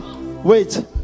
wait